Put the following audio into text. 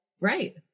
Right